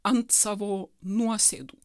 ant savo nuosėdų